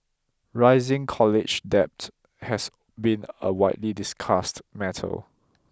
rising college debt has been a widely discussed matter